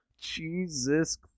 Jesus